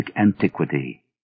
antiquity